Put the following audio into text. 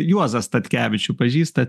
juozą statkevičių pažįstat